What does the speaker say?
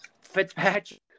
Fitzpatrick